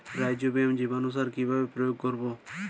Rhizobium জীবানুসার কিভাবে প্রয়োগ করব?